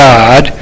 God